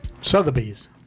Sotheby's